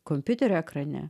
kompiuterio ekrane